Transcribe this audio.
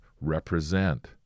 represent